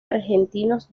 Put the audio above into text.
argentinos